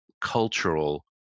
cultural